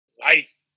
life